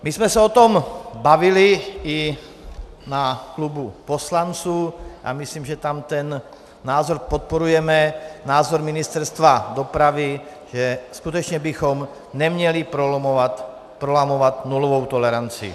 My jsme se o tom bavili i na klubu poslanců a myslím, že tam ten názor podporujeme, názor Ministerstva dopravy, že skutečně bychom neměli prolamovat nulovou toleranci.